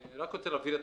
אני רוצה להבהיר את